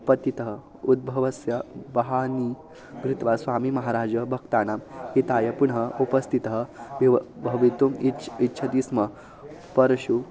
पतितः उद्भवस्य बहानी कृत्वा स्वामिमहाराजः भक्तानां हिताय पुनः उपस्थितः इव भवितुम् इच्छति इच्छति स्म परशुः